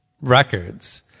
records